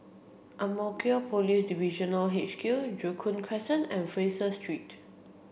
Ang Mo Kio Police Divisional H Q Joo Koon Crescent and Fraser Street